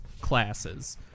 classes